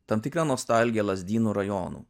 tam tikra nostalgija lazdynų rajonų